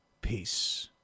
peace